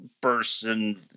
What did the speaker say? person